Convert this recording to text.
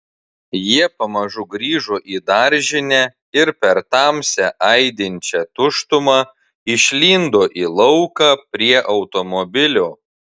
jie pamažu grįžo į daržinę ir per tamsią aidinčią tuštumą išlindo į lauką prie automobilio